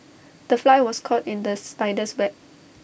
the fly was caught in the spider's web